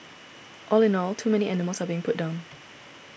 all in all too many animals are being put down